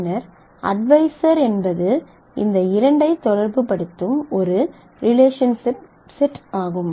பின்னர் அட்வைசர் என்பது இந்த 2 ஐ தொடர்புபடுத்தும் ஒரு ரிலேஷன்ஷிப் செட் ஆகும்